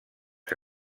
que